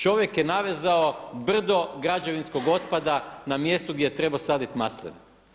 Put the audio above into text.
Čovjek je navezao brdo građevinskog otpada na mjestu gdje je trebao saditi masline.